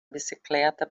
bicicleta